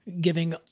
giving